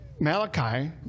Malachi